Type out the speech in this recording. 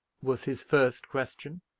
was his first question.